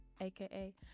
aka